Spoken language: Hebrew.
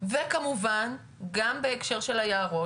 גם בהקשר של היערות,